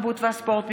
התרבות והספורט,